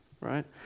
right